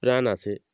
প্রাণ আছে